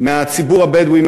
הציבור הבדואי,